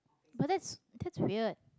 but that's that's weird